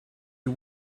you